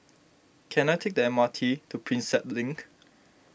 can I take the M R T to Prinsep Link